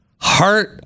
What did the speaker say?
heart